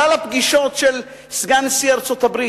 שלל הפגישות של סגן נשיא ארצות-הברית,